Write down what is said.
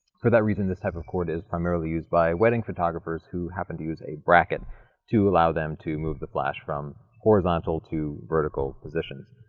for that reason this type of cord is primarily used by wedding photographers who happen to use a bracket to allow them to move the flash from horizontal to vertical positions.